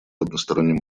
одностороннем